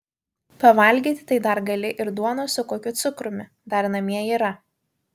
pavalgyti tai dar gali ir duonos su kokiu cukrumi dar namie yra